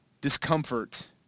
discomfort